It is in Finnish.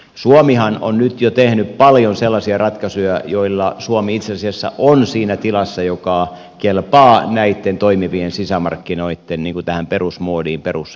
suomihan on nyt jo tehnyt paljon sellaisia ratkaisuja joilla suomi itse asiassa on siinä tilassa joka kelpaa näitten toimivien sisämarkkinoitten tähän perusmoodiin perusmalliin